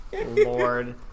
Lord